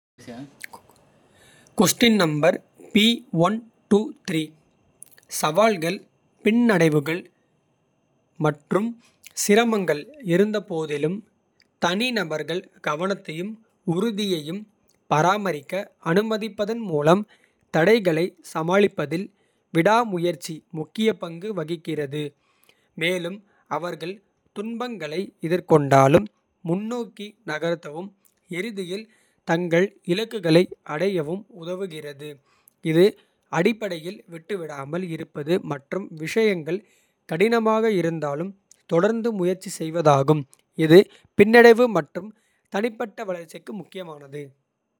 சவால்கள் பின்னடைவுகள் மற்றும் சிரமங்கள். இருந்தபோதிலும் தனிநபர்கள் கவனத்தையும். உறுதியையும் பராமரிக்க அனுமதிப்பதன் மூலம். தடைகளை சமாளிப்பதில் விடாமுயற்சி முக்கிய. பங்கு வகிக்கிறது மேலும் அவர்கள் துன்பங்களை. எதிர்கொண்டாலும் முன்னோக்கி நகர்த்தவும் இறுதியில். தங்கள் இலக்குகளை அடையவும் உதவுகிறது. இது அடிப்படையில் விட்டுவிடாமல் இருப்பது மற்றும். விஷயங்கள் கடினமாக இருந்தாலும் தொடர்ந்து முயற்சி. செய்வதாகும், இது பின்னடைவு மற்றும் தனிப்பட்ட. வளர்ச்சிக்கு முக்கியமானது.